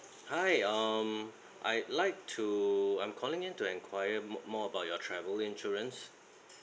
hi um I'd like to I'm calling in to enquire mo~ more about your travel insurance